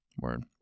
word